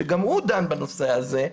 שגם הוא דן בנושא הזה.